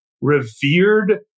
revered